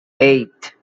eight